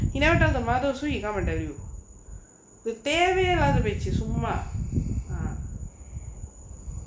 he never tell the mother who is come and tell you இது தேவயே இல்லாத பேச்சு சும்மா:ithu thevayae illaatha pechu summa ah